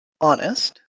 honest